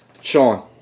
Sean